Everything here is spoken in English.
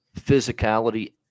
physicality